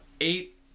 eight